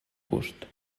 gust